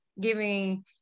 giving